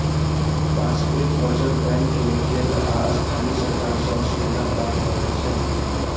पारस्परिक बचत बैंक कें केंद्र आ स्थानीय सरकार सं सुविधा प्राप्त रहै छै